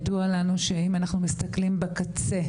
ידוע לנו שאם אנחנו מסתכלים בקצה,